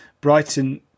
Brighton